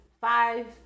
five